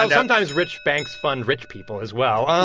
and sometimes rich banks fund rich people, as well